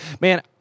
Man